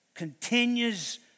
continues